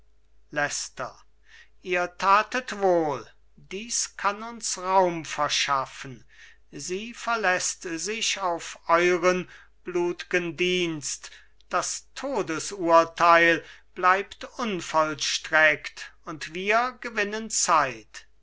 ihr tatet wohl dies kann uns raum verschaffen sie verläßt sich auf euren blut'gen dienst das todesurteil bleibt unvollstreckt und wir gewinnen zeit